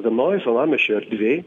vienoj salamiesčio erdvėj